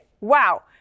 wow